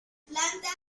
plantas